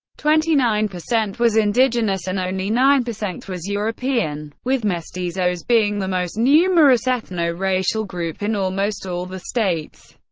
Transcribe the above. twenty nine percent was indigenous and only nine percent was european, with mestizos being the most numerous ethno-racial group in almost all the states.